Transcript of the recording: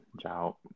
Ciao